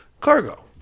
Cargo